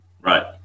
Right